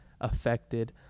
affected